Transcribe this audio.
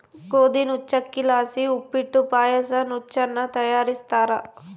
ಗೋದಿ ನುಚ್ಚಕ್ಕಿಲಾಸಿ ಉಪ್ಪಿಟ್ಟು ಪಾಯಸ ನುಚ್ಚನ್ನ ತಯಾರಿಸ್ತಾರ